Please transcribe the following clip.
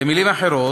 במילים אחרות,